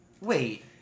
Wait